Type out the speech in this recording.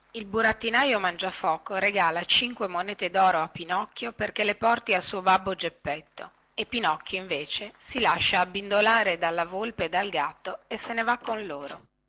il burattinaio mangiafoco regala cinque monete doro a pinocchio perché le porti al suo babbo geppetto e pinocchio invece si lascia abbindolare dalla volpe e dal gatto e se ne va con loro